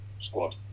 squad